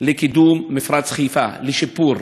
לקידום מפרץ חיפה, לשיפור,